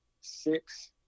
six